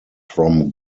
from